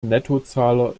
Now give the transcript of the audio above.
nettozahler